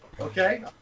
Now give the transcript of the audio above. Okay